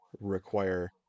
require